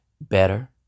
better